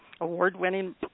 award-winning